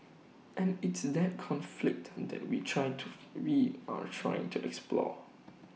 and it's that conflict that we try to we are trying to explore